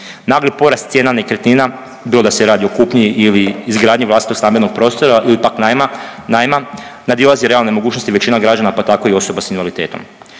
Nagli porast cijena nekretnina bilo da se radi o kupnji ili izgradnji vlastitog stambenog prostora ili pak najma, nadilazi realne mogućnosti većine građana pa tako i osoba s invaliditetom.